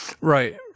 Right